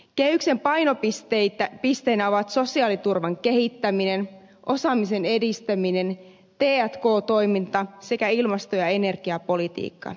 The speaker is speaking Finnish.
kehyksen painopisteinä ovat sosiaaliturvan kehittäminen osaamisen edistäminen t k toiminta sekä ilmasto ja energiapolitiikka